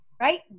right